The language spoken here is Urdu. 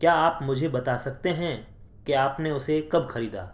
کیا آپ مجھے بتا سکتے ہیں کہ آپ نے اسے کب خریدا